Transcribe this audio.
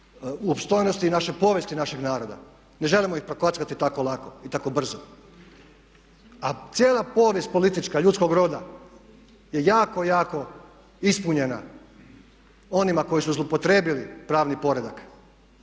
opstojnosti i našoj povijesti našeg naroda. Ne želimo ih prokockati tako lako i tako brzo. A cijela povijest politička ljudskog roda je jako, jako ispunjena onima koji su zloupotrijebili pravni poredak.